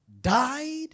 died